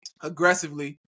aggressively